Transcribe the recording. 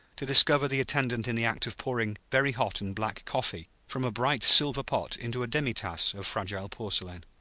to discover the attendant in the act of pouring very hot and black coffee from a bright silver pot into a demi-tasse of fragile porcelain.